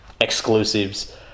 exclusives